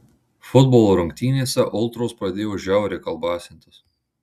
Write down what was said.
futbolo rungtynėse ultros pradėjo žiauriai kalbasintis